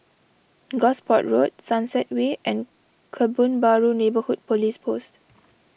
Gosport Road Sunset Way and Kebun Baru Neighbourhood Police Post